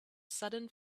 sudden